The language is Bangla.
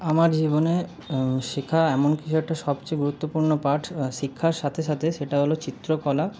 আমার জীবনে শেখা এমন কিছু একটা সবচেয়ে গুরুত্বপূর্ণ পাঠ শিক্ষার সাথে সাথে সেটা হলো চিত্রকলা